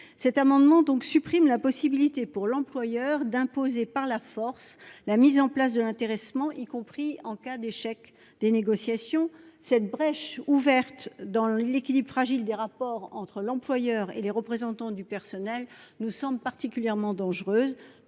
cet amendement vise à supprimer la possibilité pour l'employeur d'imposer par la force la mise en place de l'intéressement, y compris en cas d'échec des négociations. Cette brèche ouverte dans l'équilibre fragile des rapports entre l'employeur et les représentants du personnel nous semble particulièrement dangereuse.